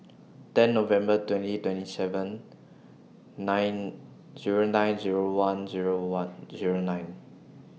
ten November twenty twenty seven nine Zero nine Zero one Zero one Zero nine